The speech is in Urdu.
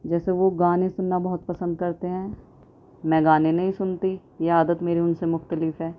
جیسے وہ گانے سننا بہت پسند کرتے ہیں میں گانے نہیں سنتی یہ عادت میری ان سے مختلف ہے